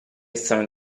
sono